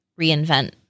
reinvent